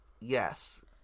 Yes